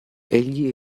egli